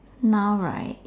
now right